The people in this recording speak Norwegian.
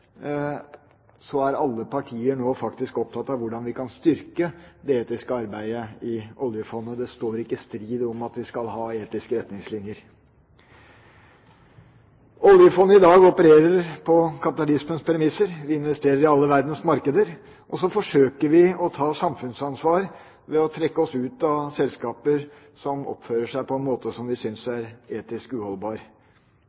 er alle partier nå opptatt av hvordan vi kan styrke det etiske arbeidet i oljefondet. Det er ikke strid om hvorvidt vi skal ha etiske retningslinjer. Oljefondet i dag opererer på kapitalismens premisser. Vi investerer i alle verdens markeder, og så forsøker vi å ta samfunnsansvar ved å trekke oss ut av selskaper som oppfører seg på en måte som vi